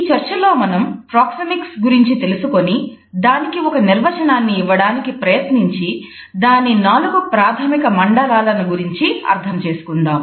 ఈ చర్చలో మనం ప్రోక్సెమిక్స్ గురించి తెలుసుకొని దానికి ఒక నిర్వచనాన్ని ఇవ్వడానికి ప్రయత్నించి దాని 4 ప్రాథమిక మండలాలను గురించి అర్థం చేసుకుందాం